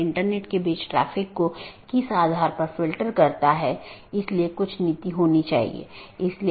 इन साथियों के बीच BGP पैकेट द्वारा राउटिंग जानकारी का आदान प्रदान किया जाना आवश्यक है